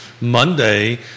Monday